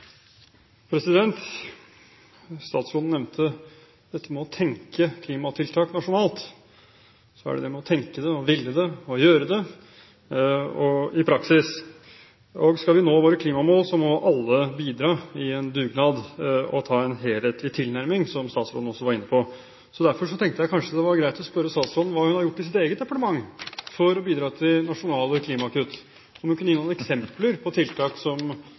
Statsråden nevnte dette med å tenke klimatiltak nasjonalt. Så er det det med å tenke det, ville det og gjøre det i praksis. Skal vi nå våre klimamål, må alle bidra i en dugnad og ha en helhetlig tilnærming, som statsråden også var inne på. Derfor tenkte jeg at det kanskje var greit å spørre statsråden: Hva har hun gjort i sitt eget departement for å bidra til det nasjonale klimakuttet? Kan hun gi noen eksempler på tiltak